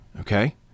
Okay